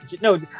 no